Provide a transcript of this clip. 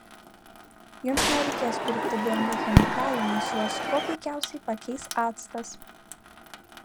jums nereikės pirkti brangių chemikalų nes juos kuo puikiausiai pakeis actas